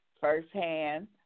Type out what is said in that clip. firsthand